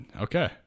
Okay